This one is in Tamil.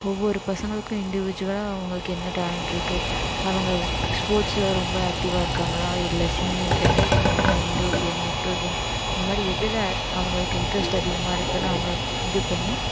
ஒவ்வொரு பசங்களுக்கும் இண்டிவிஜூவல்லாக அவங்களுக்கு என்ன டேலண்ட் இருக்குது அவங்க ஸ்போர்ட்ஸில் ரொம்ப ஆக்டிவ்வாக இருக்காங்களா இல்லை சிங்கிங் டான்சிங் இல்லைன்னா இன்டோர் கேம் அவுட்டோர் கேம் அந்தமாதிரி எதில் அவங்களுக்கு இன்ட்ரஸ்ட் அதிகமாக இருக்குதுன்னு அவங்களை இதுப்பண்ணி